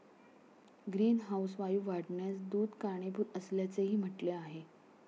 greenhouse वायू वाढण्यास दूध कारणीभूत असल्याचेही म्हटले आहे